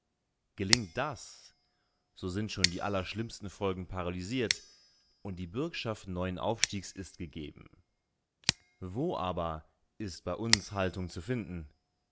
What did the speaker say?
gelingt das so sind schon die allerschlimmsten folgen paralysiert und die bürgschaft neuen aufstiegs ist gegeben wo aber ist bei uns haltung zu finden